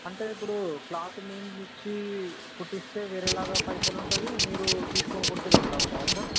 అంటే ఇప్పుడు క్లాత్ మేం ఇచ్చి కుట్టిస్తే వేరేలాగా పైసలుంటవి మీరు తీసుకొని కుడితే వేరేలాగుంటాదా సార్